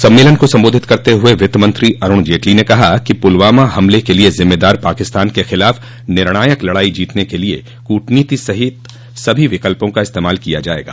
सम्मेलन को संबोधित करते हुए वित्तमंत्री अरुण जेटली ने कहा कि पुलवामा हमले के लिए जिम्मेदार पाकिस्तान के ख़िलाफ़ निर्णायक लड़ाई जीतने के लिए कूटनीति सहित सभी विकल्पों का इस्तेमाल किया जाएगा